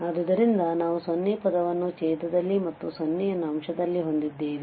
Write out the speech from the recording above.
ಆದ್ದರಿಂದ ನಾವು 0 ಪದವನ್ನು ಛೇದದಲ್ಲಿ ಮತ್ತು 0 ಅನ್ನು ಅಂಶದಲ್ಲಿ ಹೊಂದಿದ್ದೇವೆ